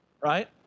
right